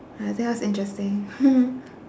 oh that was interesting